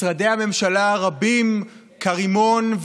משרדי הממשלה רבים כרימון,